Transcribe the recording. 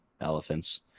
elephants